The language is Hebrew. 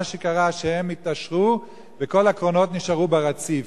מה שקרה, שהם התעשרו וכל הקרונות נשארו ברציף.